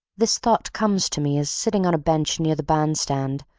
this thought comes to me as, sitting on a bench near the band-stand,